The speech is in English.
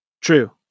True